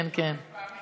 הוא גמר, הציג חמש פעמים.